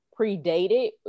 predated